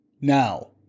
Now